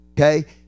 okay